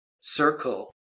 circle